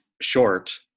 short